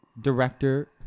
director